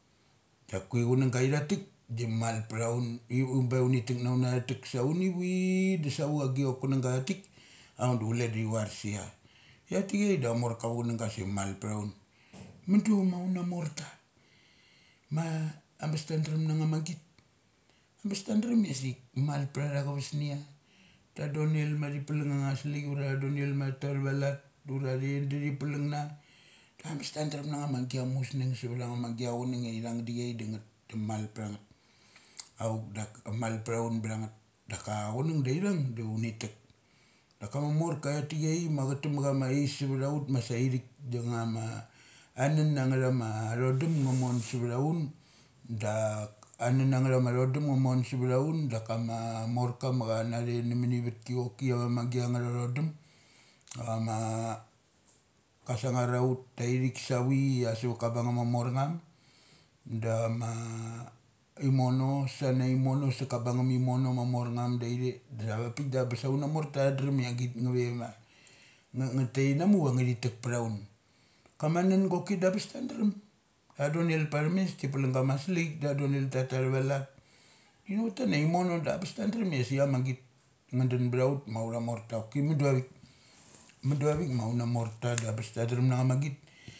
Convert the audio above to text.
Daka chunang gathatik da mal pthaun. I un be uni tok na una tek sa uni vi dasa vuk gai kun angga atik auk du cule da thi varus, ithatikiai da amorka ava chunang ga sai mai piha un. Mududam auth morta ma ambes tadrem nangit. Abes tadrem ia mal pth a tha chusnia. Ta todel mathi pulang anga slik uratha donel ma thatu athava lat tatet da thiplung na do nes ta drum na nga ma musng suvathanga ma gia chunang athung diai da ngeth da amal pthangeth. Auk dark malpthaun bthangtheth. Daka chunang da ithung da uni tek. Dakama morka ithatichai ma cha tek na chama ais savtah ut masa ituik dangama anun angathama atuadum nga mon sutha un da anun anga ma thodum nga mon sutha un dakama morka ma cha na ve mani aivatki choki cha ma gia anga thodum, ava ma ka sung ar authtaithik sa vi ia savat ka bungngum ma mar ngum dama imono sarna imono seka bungngum imono ma morngum da ithe avaip da bes autah marta thadrem ia agit nga ve via nga, ngatek inamukia thi tek pth aun. Kama nun goki da ambes drem. Ta donel pathem mesthi plung gama slik da da tha donel tatu atha va lat. Ina chok tanaim mono da bes taorem ia sik amagit nga dun btha ut ma utha morta da bes ta drum na nga ma git.